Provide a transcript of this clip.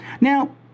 Now